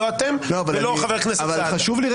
לא אתם ולא חבר הכנסת סעדה.